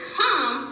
come